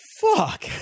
fuck